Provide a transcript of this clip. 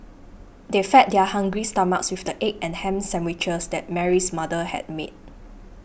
they fed their hungry stomachs with the egg and ham sandwiches that Mary's mother had made